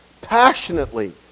passionately